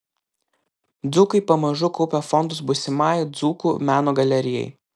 dzūkai pamažu kaupia fondus būsimajai dzūkų meno galerijai